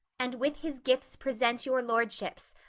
and with his gifts present your lordships,